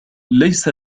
ليس